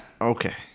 Okay